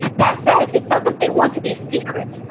that said, it's not that they want to be secret,